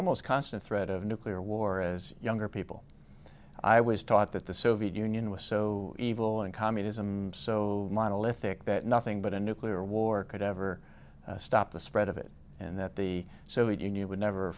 almost constant threat of nuclear war as younger people i was taught that the soviet union was so evil and communism so monolithic that nothing but a nuclear war could ever stop the spread of it and that the soviet union would never